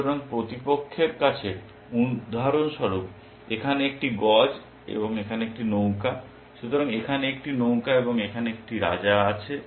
সুতরাং প্রতিপক্ষের কাছে উদাহরণ স্বরূপ এখানে একটি গজ এবং এখানে একটি নৌকা এবং এখানে একটি নৌকা এবং এখানে একটি রাজা আছে